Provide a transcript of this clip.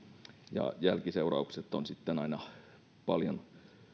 ja jälkiseuraukset ovat sitten aina paljon